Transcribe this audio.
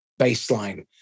baseline